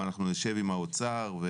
ואנחנו נשב עם האוצר.